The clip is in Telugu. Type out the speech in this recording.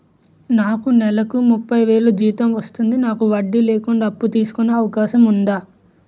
నాకు నేలకు ముప్పై వేలు జీతం వస్తుంది నాకు వడ్డీ లేకుండా అప్పు తీసుకునే అవకాశం ఉందా